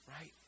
Right